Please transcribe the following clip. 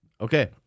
Okay